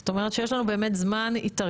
זאת אומרת שיש לנו עוד זמן התארגנות.